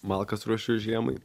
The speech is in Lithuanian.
malkas ruošiu žiemai